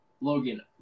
Logan